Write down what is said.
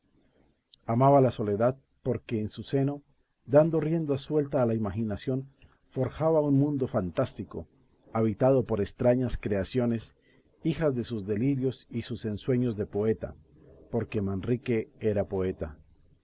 amaba la soledad porque en su seno dando rienda suelta a la imaginación forjaba un mundo fantástico habitado por extrañas creaciones hijas de sus delirios y sus ensueños de poeta porque manrique era poeta